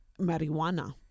marijuana